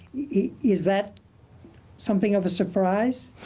is that something of a surprise,